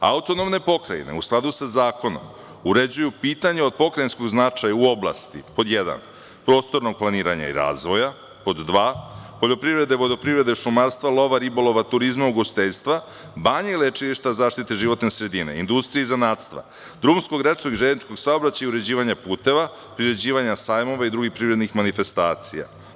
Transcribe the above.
Autonomne pokrajine u skladu sa zakonom uređuju pitanja od pokrajinskog značaja u oblasti, pod jedan, prostornog planiranja i razvoja, pod dva, poljoprivrede, vodoprivrede, šumarstva, lova, ribolova, turizma, ugostiteljstva, banja i lečilišta, zaštite životne sredine, industrije i zanatstva, drumskog, rečnog i železničkog saobraćaja i uređivanja puteva, priređivanja sajmova i drugih privrednih manifestacija.